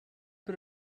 bit